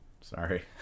sorry